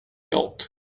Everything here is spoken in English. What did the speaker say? milk